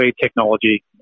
technology